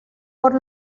por